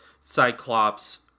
Cyclops